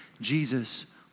Jesus